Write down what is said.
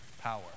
power